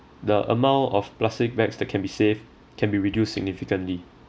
the amount of plastic bags that can be saved can be reduced significantly